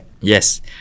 yes